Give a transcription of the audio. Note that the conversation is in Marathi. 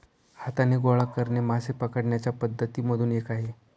हाताने गोळा करणे मासे पकडण्याच्या पद्धती मधून एक आहे